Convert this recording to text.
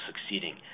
succeeding